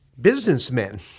businessmen